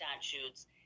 statutes